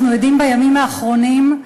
אנחנו עדים בימים האחרונים,